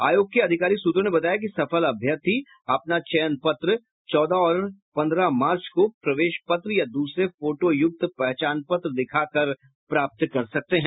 आयोग के आधिकारिक सूत्रों ने बताया कि सफल अभ्यर्थी अपना चयन पत्र चौदह और पंद्रह मार्च को प्रवेश पत्र या दूसरे फोटोयुक्त पहचान पत्र दिखाकर प्राप्त कर सकते हैं